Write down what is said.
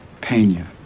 Pena